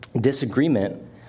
Disagreement